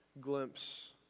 glimpse